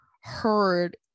heard